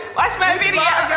watch my video.